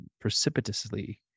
precipitously